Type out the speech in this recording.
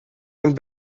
und